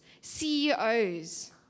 CEOs